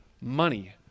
money